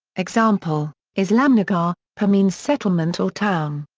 example islamnagar. pur means settlement or town.